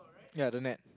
ya don't have